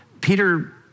Peter